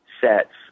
sets